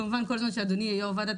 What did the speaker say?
כמובן שכל זמן שאדוני הוא יו"ר ועדת